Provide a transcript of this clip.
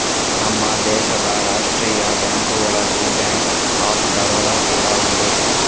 ನಮ್ಮ ದೇಶದ ರಾಷ್ಟೀಯ ಬ್ಯಾಂಕುಗಳಲ್ಲಿ ಬ್ಯಾಂಕ್ ಆಫ್ ಬರೋಡ ಕೂಡಾ ಒಂದು